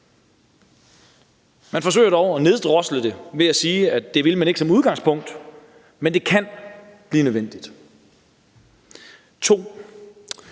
Man forsøger dog at neddrosle det ved at sige, at det vil man ikke som udgangspunkt, men at det kan blive nødvendigt. 2)